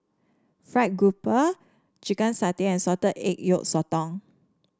fried grouper Chicken Satay and Salted Egg Yolk Sotong